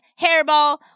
hairball